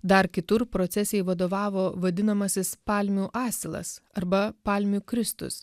dar kitur procesijai vadovavo vadinamasis palmių asilas arba palmių kristus